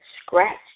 scratch